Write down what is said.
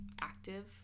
active